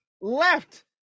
left